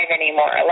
anymore